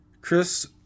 Chris